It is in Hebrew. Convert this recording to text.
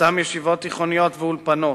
מקצתן ישיבות תיכוניות ואולפנות.